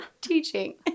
teaching